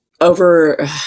over